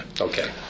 Okay